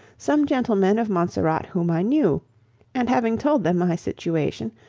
some gentlemen of montserrat whom i knew and, having told them my situation,